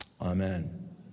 Amen